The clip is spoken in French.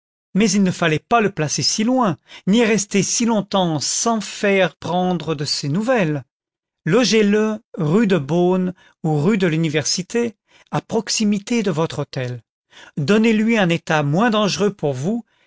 mais il ne fallait pas le placer si loin ni rester si longtemps saps faire prendre de ses nouvelles logez le rue de beaune ou rue de l'université à proximité de votre hôtel donnezlui un état moins dangereux pour vous